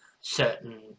certain